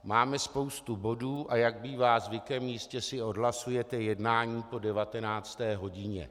Máme spoustu bodů, a jak bývá zvykem, jistě si odhlasujete jednání po 19. hodině.